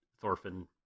Thorfinn